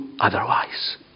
otherwise